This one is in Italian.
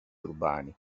urbani